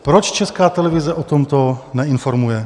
Proč Česká televize o tomto neinformuje?